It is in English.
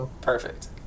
Perfect